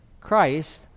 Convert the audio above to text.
Christ